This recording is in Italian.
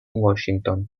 washington